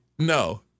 No